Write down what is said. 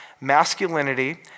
masculinity